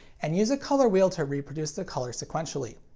and use a color wheel to reproduce the color sequentially.